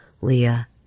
Leah